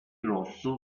rosso